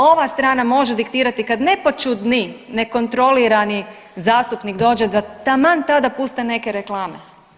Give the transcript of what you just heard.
Ova strana može diktirati kad nepoćudni, nekontrolirani zastupnik dođe da taman tada puste neke reklame.